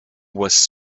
was